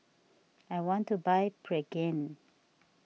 I want to buy Pregain